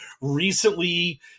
recently